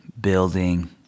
building